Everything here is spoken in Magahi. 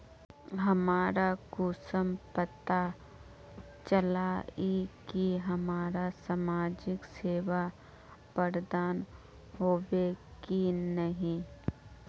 हमरा कुंसम पता चला इ की हमरा समाजिक सेवा प्रदान होबे की नहीं?